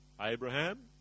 Abraham